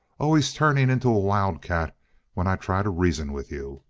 always turning into a wildcat when i try to reason with you!